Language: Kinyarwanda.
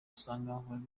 usanga